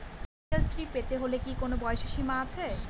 Cycle শ্রী পেতে হলে কি কোনো বয়সের সীমা আছে?